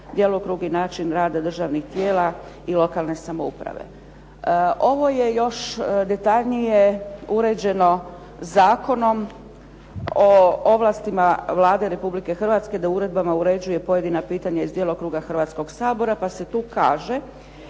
djelokrug i način rada državnih tijela i lokalne samouprave. Ovo je još detaljnije uređeno Zakonom o ovlastima Vlade Republike Hrvatske da uredbama uređuje pojedina pitanja iz djelokruga Hrvatskoga sabora pa se tu kaže